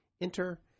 Enter